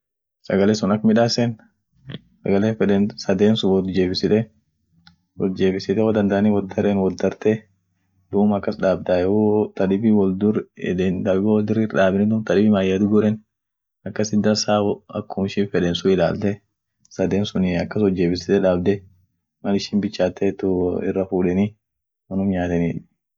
sagale sun ak miidaasen sadeenu wotjeebisite wo dandaani wot daren wot dareni duub akas daabdai wo tadibi woldur itdaabeni duum tuun maayean itbuusenu ama akum ishin feden sun ilaalte sadeen sun akas wotjeebisite daabde mal ishin bichaateet irafuudeni unum nyaatenie